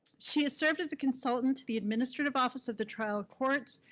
she has served as a consultant to the administrative office of the trial courts,